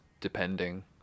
depending